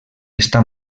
està